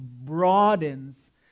broadens